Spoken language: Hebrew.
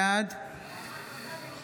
בעד